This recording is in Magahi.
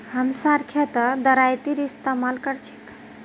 हमसार खेतत हम दरांतीर इस्तेमाल कर छेक